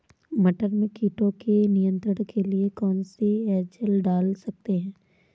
मटर में कीटों के नियंत्रण के लिए कौन सी एजल डाल सकते हैं?